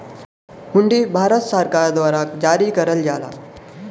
हुंडी भारत सरकार द्वारा जारी करल जाला